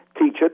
teacher